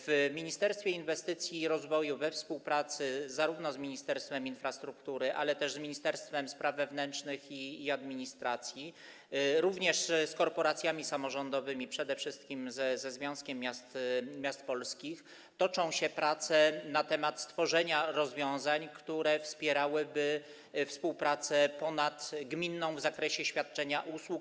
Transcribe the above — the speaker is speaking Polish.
W Ministerstwie Inwestycji i Rozwoju, we współpracy z Ministerstwem Infrastruktury i Ministerstwem Spraw Wewnętrznych i Administracji, z korporacjami samorządowymi, przede wszystkim ze Związkiem Miast Polskich, toczą się prace na temat stworzenia rozwiązań, które wspierałyby współpracę ponadgminną w zakresie świadczenia usług.